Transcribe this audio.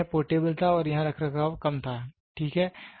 लेकिन यह पोर्टेबल था और यहाँ रखरखाव कम था ठीक है